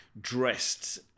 dressed